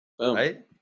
right